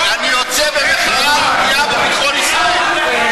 אני יוצא במחאה על הפגיעה בביטחון ישראל.